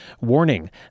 Warning